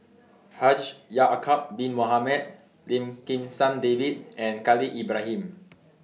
Haji Ya'Acob Bin Mohamed Lim Kim San David and Khalil Ibrahim